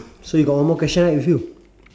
so you got one more question right with you